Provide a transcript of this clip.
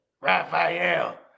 Raphael